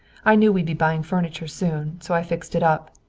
i knew we'd be buying furniture soon, so i fixed it up.